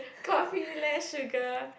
coffee less sugar